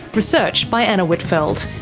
research by anna whitfeld,